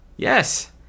Yes